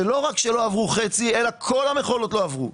שלא רק שלא עברו חצי אלא כל המכולות לא עברו,